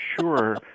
sure